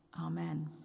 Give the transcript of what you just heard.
amen